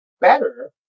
better